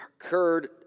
occurred